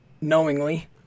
knowingly